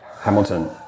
Hamilton